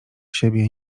siebie